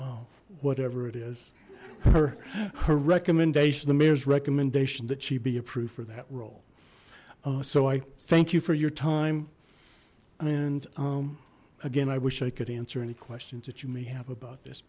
her whatever it is her recommendation the mayor's recommendation that she be approved for that role so i thank you for your time and again i wish i could answer any questions that you may have about this